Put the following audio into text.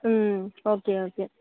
okay okay